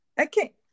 Okay